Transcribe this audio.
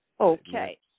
Okay